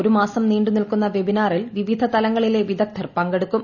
ഒരു മാസം നീണ്ട് നിൽക്കുന്ന വെബിനാറിൽ വിവിധ തലങ്ങളിലെ വിദഗ്ധർ പങ്കെടുക്കും